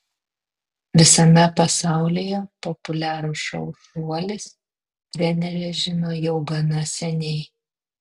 visame pasaulyje populiarų šou šuolis trenerė žino jau gana seniai